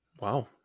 Wow